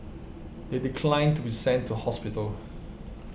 they declined to be sent to hospital